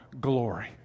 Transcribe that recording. glory